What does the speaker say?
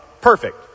Perfect